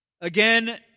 Again